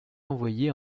envoyé